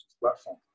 platform